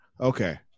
Okay